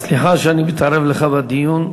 סליחה שאני מתערב לך בדיון.